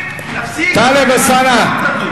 טלב אלסאנע,